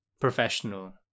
professional